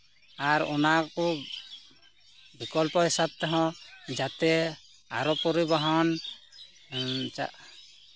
ᱟᱨ ᱚᱱᱟ ᱠᱚ ᱵᱤᱠᱚᱞᱯᱚ ᱦᱤᱥᱟᱹᱵᱽ ᱛᱮᱦᱚᱸ ᱡᱟᱛᱮ ᱟᱨᱚ ᱯᱚᱨᱤᱵᱚᱦᱚᱱ